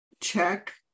check